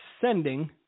sending